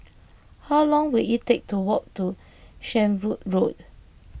how long will it take to walk to Shenvood Road